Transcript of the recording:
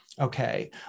okay